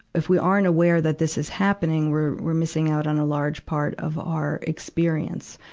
if we aren't aware that this is happening, we're, we're missing out on a large part of our experience.